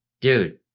dude